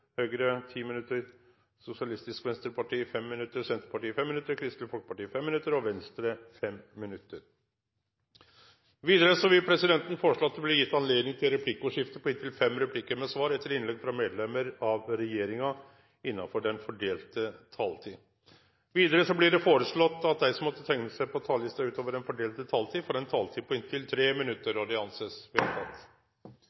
Høyre 10 minutter, Sosialistisk Venstreparti 5 minutter, Senterpartiet 5 minutter, Kristelig Folkeparti 5 minutter og Venstre 5 minutter. Videre vil presidenten foreslå at det blir gitt anledning til replikkordskifte på inntil fem replikker med svar etter innlegg fra medlem av regjeringen innenfor den fordelte taletid. Videre blir det foreslått at de som måtte tegne seg på talerlisten utover den fordelte taletid, får en taletid på inntil 3 minutter.